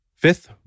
Fifth